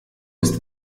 ist